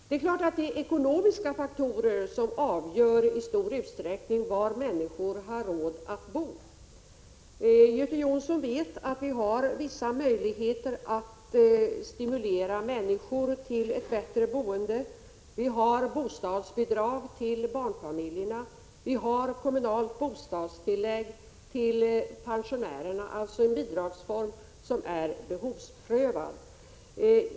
Det är klart att ekonomiska faktorer i stor utsträckning avgör var människorna har råd att bo. Göte Jonsson vet att vi har vissa möjligheter att stimulera människor till ett bättre boende. Vi har bostadsbidrag till barnfamiljer och kommunalt bostadstillägg till pensionärerna, alltså ett bidrag som är behovsprövat.